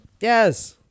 yes